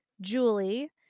Julie